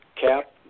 cap